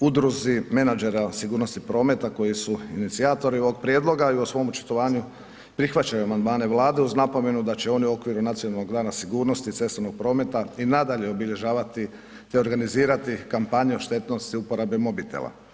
udruzi menadžera sigurnosti prometa koji su inicijatori ovog prijedloga i u svom očitovanju prihvaćene amandmane Vlade uz napomenu da će oni u okviru Nacionalnog dana sigurnosti cestovnog prometa i nadalje obilježavati te organizirati kampanju štetnosti uporabe mobitela.